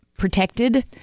protected